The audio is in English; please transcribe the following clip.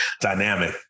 dynamic